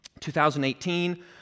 2018